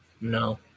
No